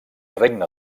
regne